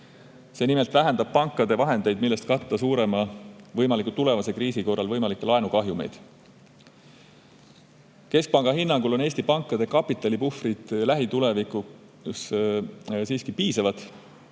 See nimelt vähendab pankade vahendeid, millest katta suurema võimaliku tulevase kriisi korral võimalikke laenukahjumeid. Keskpanga hinnangul on Eesti pankade kapitalipuhvrid lähitulevikus siiski piisavad.